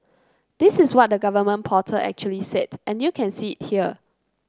this is what the government portal actually said and you can see it here